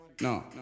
no